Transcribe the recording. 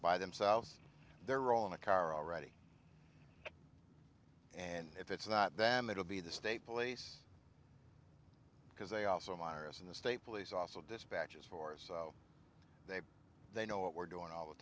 by themselves they're on a car already and if it's not then it will be the state police because they also myra's in the state police also dispatchers for so they they know what we're doing all the